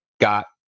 got